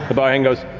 the barhand goes,